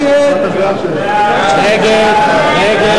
סעיף 40,